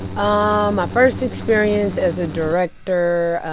um first experience as a director,